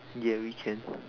ya we can